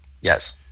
Yes